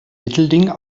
mittelding